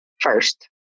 first